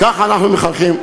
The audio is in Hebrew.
ככה אנחנו מחנכים?